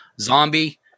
Zombie